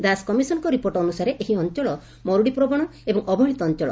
ଦାସ କମିଶନ୍ଙ୍ଙ ରିପୋର୍ଟ ଅନୁସାରେ ଏହି ଅଞ୍ଞଳ ମରୁଡ଼ିପ୍ରବଣ ଏବଂ ଅବହେଳିତ ଅଞ୍ଞଳ